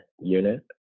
unit